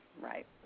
right